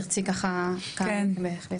תרצי ככה כמה מילים?